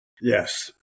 Yes